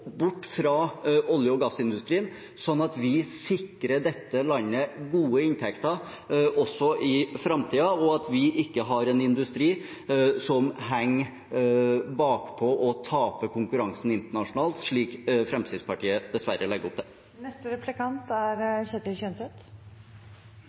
bort fra olje- og gassindustrien, sånn at vi sikrer dette landet gode inntekter også i framtiden, og at vi ikke har en industri som henger bakpå og taper konkurransen internasjonalt, slik Fremskrittspartiet dessverre legger opp til. Representanten Haltbrekken snakker om utallige blå-grønne løfter, men ingen mål. Hva som er